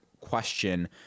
question